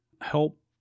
help